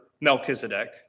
Melchizedek